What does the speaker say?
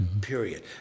period